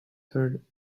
herd